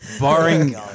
Barring